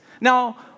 now